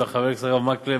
לחבר הכנסת הרב מקלב,